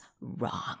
wrong